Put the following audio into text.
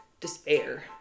despair